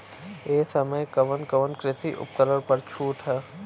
ए समय कवन कवन कृषि उपकरण पर छूट ह?